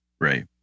Right